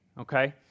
Okay